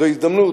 זו הזדמנות,